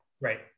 Right